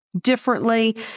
differently